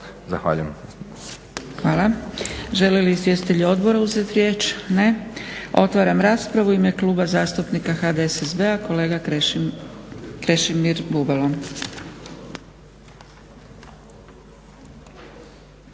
(SDP)** Hvala. Žele li izvjestitelji odbora uzeti riječ? Ne. Otvaram raspravu. U ime Kluba zastupnika HDSSB-a kolega Krešimir Bubalo.